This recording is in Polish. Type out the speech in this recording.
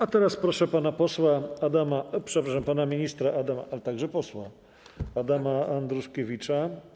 A teraz proszę pana posła, przepraszam, pana ministra, ale także posła Adama Andruszkiewicza.